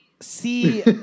See